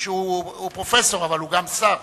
שהוא פרופסור אבל גם שר